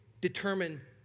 determine